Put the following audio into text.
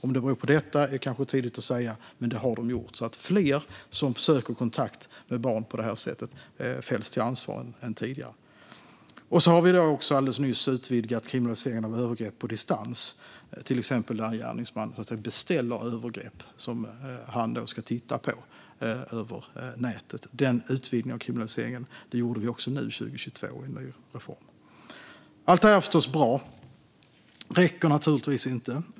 Om det beror på detta är kanske för tidigt att säga, men de har ökat. Det är alltså fler som söker kontakt med barn på detta sätt som ställs svars jämfört med tidigare. Alldeles nyss utvidgade vi också kriminaliseringen av övergrepp på distans, till exempel där en gärningsman beställer övergrepp som han ska titta på via nätet. Denna utvidgning gjorde vi nu 2022. Allt detta är förstås bra, med det räcker naturligtvis inte.